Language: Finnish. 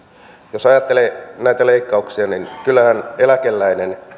jos ajattelee näitä leikkauksia niin kyllähän eläkeläinen